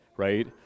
right